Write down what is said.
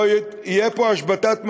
תהיה פה השבתת מזון,